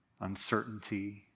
uncertainty